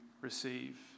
receive